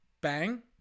Bang